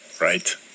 Right